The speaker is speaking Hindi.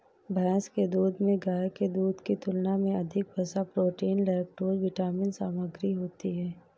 भैंस के दूध में गाय के दूध की तुलना में अधिक वसा, प्रोटीन, लैक्टोज विटामिन सामग्री होती है